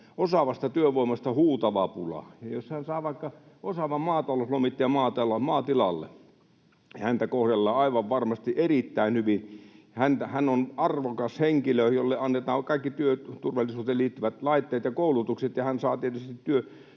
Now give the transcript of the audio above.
osaavasta työvoimasta huutava pula. Ja jos hän saa vaikka osaavan maatalouslomittajan maatilalle, niin häntä kohdellaan aivan varmasti erittäin hyvin. Hänhän on arvokas henkilö, jolle annetaan kaikki työturvallisuuteen liittyvät laitteet ja koulutukset ja hän saa tietysti